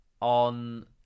on